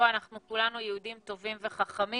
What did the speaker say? בוא, אנחנו כולנו יהודים טובים וחכמים.